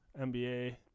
NBA